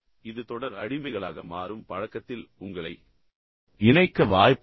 இது தொடர் அடிமைகளாக மாறும் பழக்கத்தில் உங்களை இணைக்க வாய்ப்புள்ளது